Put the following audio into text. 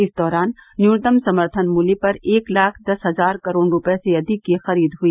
इस दौरान न्यूनतम समर्थन मूल्य पर एक लाख दस हजार करोड़ रुपये से अधिक की खरीद हुई